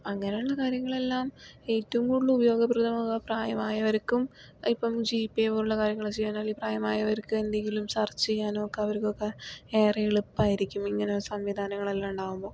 അങ്ങനെയുള്ള കാര്യങ്ങളെല്ലാം ഏറ്റവും കൂടുതൽ ഉപയോഗപ്രദമാകുക പ്രായമായവർക്കും ഇപ്പം ജി പേ പോലുള്ള കാര്യങ്ങൾ ചെയ്യാൻ പ്രായമായവർക്ക് എന്തെങ്കിലും സെർച്ച് ചെയ്യാനോ ഒക്കെ അവർക്ക് ഒക്കെ ഏറെ എളുപ്പമായിരിക്കും ഇങ്ങനെയുള്ള സംവിധാനങ്ങൾ എല്ലാം ഉണ്ടാകുമ്പോൾ